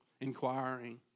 inquiring